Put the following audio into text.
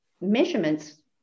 measurements